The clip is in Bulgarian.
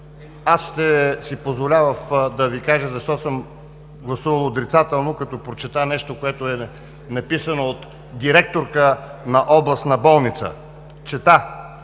Ще си позволя да Ви кажа защо съм гласувал отрицателно, като прочета нещо, което е написано от директорка на областна болница. Чета: